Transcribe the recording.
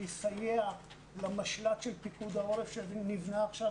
שיסייע למשל"ט של פיקוד העורף שנבנה עכשיו